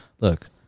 look